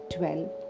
12